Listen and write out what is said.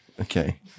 Okay